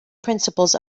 principles